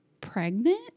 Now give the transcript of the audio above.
pregnant